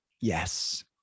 Yes